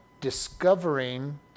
discovering